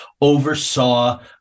oversaw